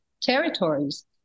territories